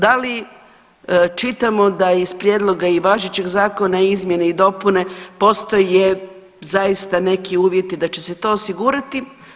Da li čitamo da iz prijedloga i važećeg zakona i izmjene i dopune postoje zaista neki uvjeti da će se to osigurati?